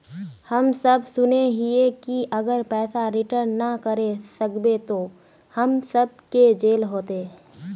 हम सब सुनैय हिये की अगर पैसा रिटर्न ना करे सकबे तो हम सब के जेल होते?